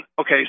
okay